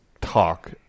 talk